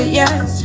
yes